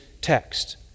text